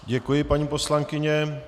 Děkuji, paní poslankyně.